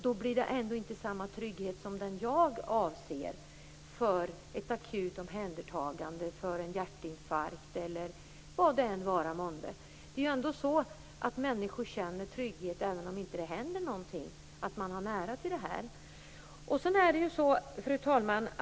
Då blir det ändå inte samma trygghet som den jag avser för ett akut omhändertagande, en hjärtinfarkt eller vad det vara månde. Människor känner trygghet, även om ingenting händer, just i närheten till vård. Fru talman!